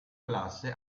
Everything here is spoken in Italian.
classe